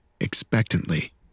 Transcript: expectantly